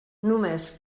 només